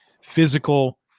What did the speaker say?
physical